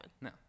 No